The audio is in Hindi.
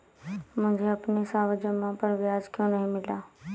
मुझे अपनी सावधि जमा पर ब्याज क्यो नहीं मिला?